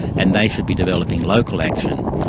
and they should be developing local action.